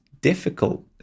difficult